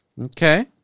Okay